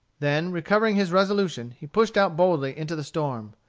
then recovering his resolution, he pushed out boldly into the storm.